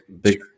big